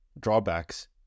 drawbacks